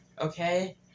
okay